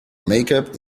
makeup